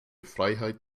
freiheit